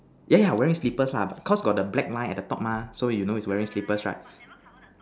yeah yeah wearing slippers lah cause got the black line at the top mah so you know is wearing slippers right